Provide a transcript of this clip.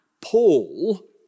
Paul